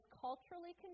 culturally